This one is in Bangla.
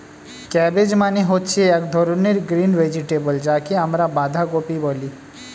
ক্যাবেজ মানে হচ্ছে এক ধরনের গ্রিন ভেজিটেবল যাকে আমরা বাঁধাকপি বলি